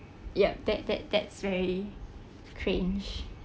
ya that that that's very cringe